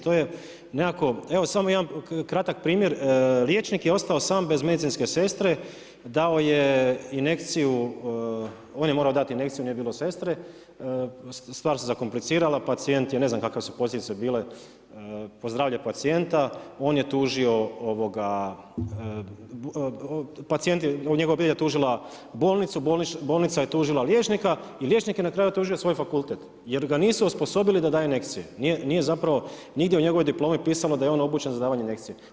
To je nekako, evo i samo jedan kratak primjer, liječnik je ostao sam bez medicinske sestre, dao je injekciju, on je morao dati injekciju, nije bilo sestre, stvar se zakomplicirala, pacijent je, ne znam kakve su posljedice bile po zdravlje pacijenta, on je tužio, pacijent je, njegova obitelj je tužila bolnicu, bolnica je tužila liječnika i liječnik je na kraju tužio svoj fakultet jer ga nisu osposobili da daje injekcije, nije zapravo nigdje u njegovoj diplomi pisalo da je on obučen za davanje injekcija.